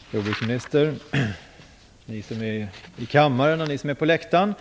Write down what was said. Fru talman! Jordbruksministern! Ni som är i kammaren och ni som är på läktaren!